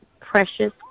precious